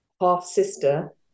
half-sister